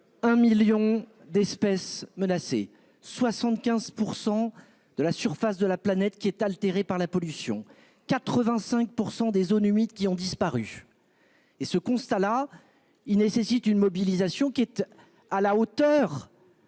Un million d'espèces menacées, 75% de la surface de la planète qui est altérée par la pollution. 85% des zones humides qui ont disparu. Et ce constat-là. Il nécessite une mobilisation qui était à la hauteur.